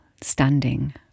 standing